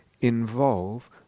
involve